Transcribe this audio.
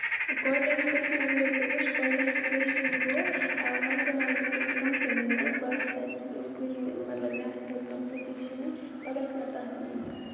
coordinator question اَگر حظ بہٕ وُچھ کاڈنیٹر کوسچن گوٚو وَن زَن آسہٕ بہٕ کُنہِ کَمپٔنۍ منٛز بہٕ آسہٕ تَتہِ کُنہِ مطلب مےٚ آسہِ تَتہِ کانٛہہ پُوٚزِشن پَتہٕ آسہِ مےٚ تَتھ